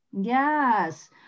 Yes